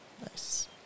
Nice